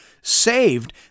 saved